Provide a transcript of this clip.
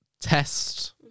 test